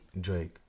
Drake